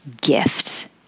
gift